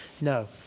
No